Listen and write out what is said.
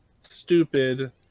stupid